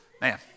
man